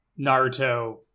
Naruto